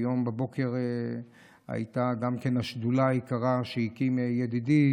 היום בבוקר הייתה גם השדולה היקרה שהקים ידידי